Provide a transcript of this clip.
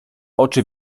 oczy